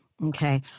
Okay